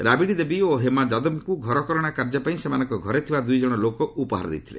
ରାବିଡ଼ି ଦେବୀ ଓ ହେମା ଯାଦବଙ୍କୁ ଘରକରଣା କାର୍ଯ୍ୟ ପାଇଁ ସେମାନଙ୍କ ଘରେ ଥିବା ଦୁଇଜଣ ଲୋକ ଉପହାର ଦେଇଥିଲେ